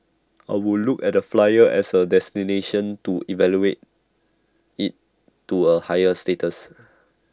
I would look at the flyer as A destination to elevate IT to A higher status